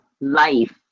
life